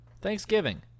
Thanksgiving